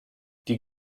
die